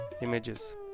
images